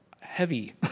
heavy